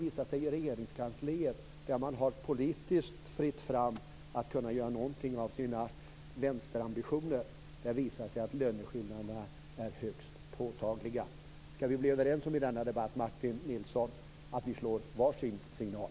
I Regeringskansliet där det är politiskt fritt fram att göra någonting av vänsterambitionerna är löneskillnaderna högst påtagliga. Skall vi bli överens i denna debatt, Martin Nilsson, att vi slår varsin signal?